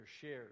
shares